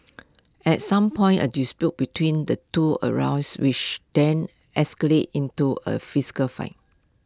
at some point A dispute between the two arose which then escalated into A physical fight